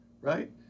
right